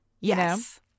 yes